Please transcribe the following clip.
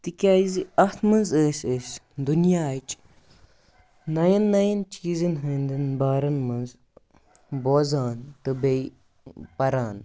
تِکیٛازِ اَتھ منٛز ٲسۍ أسۍ دُنیاہٕچ نَیَن نَیَن چیٖزَن ہٕنٛدٮ۪ن بارَن منٛز بوزان تہٕ بیٚیہِ پَران